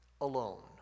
alone